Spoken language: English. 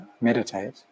meditate